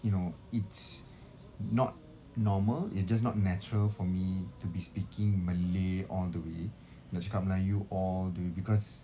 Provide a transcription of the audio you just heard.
you know it's not normal it's just not natural for me to be speaking malay all the way nak cakap melayu all the way because